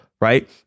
right